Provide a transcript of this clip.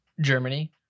Germany